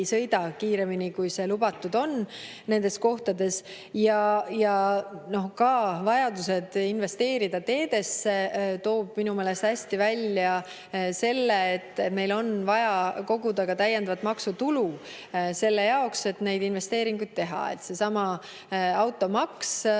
sõidaks kiiremini, kui see nendes kohtades lubatud on. Vajadus investeerida teedesse toob minu meelest hästi välja selle, et meil on vaja koguda täiendavat maksutulu selle jaoks, et neid investeeringuid teha. Seesama automaks